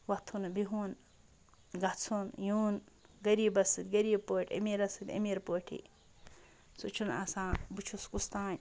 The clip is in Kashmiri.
وۄتھُن بِہُن گَژھُن یُن غریٖبَس سۭتۍ غریٖب پٲٹھۍ أمیٖرَس سۭتۍ أمیٖر پٲٹھی سُہ چھُنہٕ آسان بہٕ چھُس کُس تانۍ